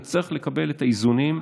נצטרך לקבל את האיזונים,